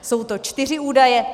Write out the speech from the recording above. Jsou to čtyři údaje.